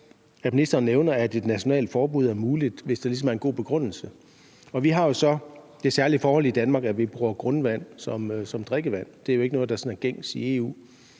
at ministeren nævner, at et nationalt forbud er muligt, hvis der ligesom er en god begrundelse. Vi har det særlige forhold i Danmark, at vi bruger grundvand som drikkevand. Det er jo ikke noget, der sådan er gængs i EU.